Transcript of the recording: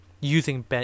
using